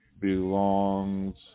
belongs